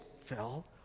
fell